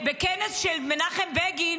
שבו מנחם בגין